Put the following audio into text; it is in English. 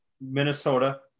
Minnesota